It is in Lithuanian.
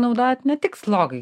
naudojat ne tik slogai